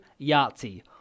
Yahtzee